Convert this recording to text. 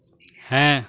হ্যাঁ